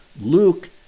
Luke